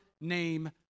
name